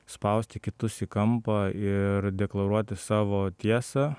spausti kitus į kampą ir deklaruoti savo tiesą